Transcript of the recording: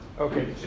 Okay